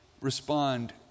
respond